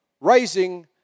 raising